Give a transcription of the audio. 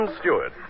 Stewart